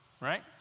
right